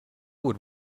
would